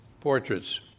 portraits